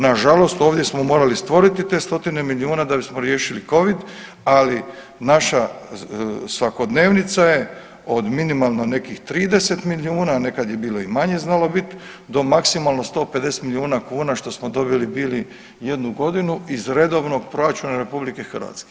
Nažalost ovdje smo morali stvoriti te stotine milijuna da bismo riješili Covid, ali naša svakodnevnica je od minimalno nekih 30 milijuna nekad je bilo i manje znalo biti do maksimalno 150 milijuna kuna što smo dobili bili jednu godinu iz redovnog proračuna RH.